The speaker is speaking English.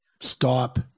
stop